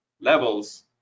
levels